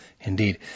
Indeed